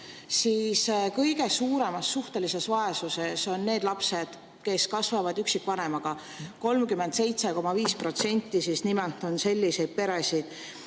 siis kõige suuremas suhtelises vaesuses on need lapsed, kes kasvavad üksikvanemaga. 37,5% nendest on selliseid peresid.